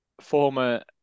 former